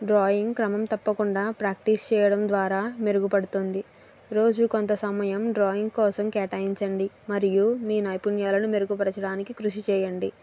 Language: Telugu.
డ్రాయింగ్ క్రమం తప్పకుండా ప్రాక్టీస్ చేయడం ద్వారా మెరుగుపడుతుంది రోజు కొంత సమయం డ్రాయింగ్ కోసం కేటాయించండి మరియు మీ నైపుణ్యాలను మెరుగుపరచడానికి కృషి చేయండి